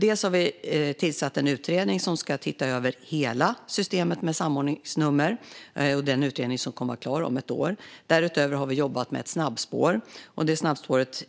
Vi har tillsatt en utredning som ska titta över hela systemet med samordningsnummer. Det är en utredning som kommer att vara klar om ett år. Därutöver har vi jobbat med ett snabbspår. Det snabbspåret